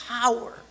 power